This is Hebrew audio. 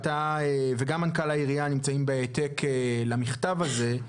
וגם מנכ"ל העירייה נמצאים בהעתק למכתב הזה,